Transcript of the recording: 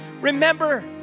Remember